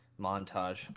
montage